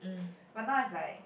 but now it's like